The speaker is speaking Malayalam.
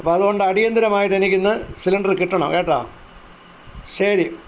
അപ്പോള് അതുകൊണ്ട് അടിയന്തിരമായിട്ടെനിക്കിന്ന് സിലിണ്ടര് കിട്ടണം കേട്ടാ ശരി